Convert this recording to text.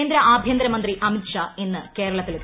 കേന്ദ്ര ആഭ്യന്തരമന്ത്രി അമിത് ഷാ ഇന്ന് കേരളത്തിലെത്തും